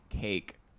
cake